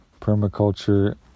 permaculture